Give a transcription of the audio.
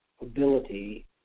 ability